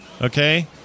Okay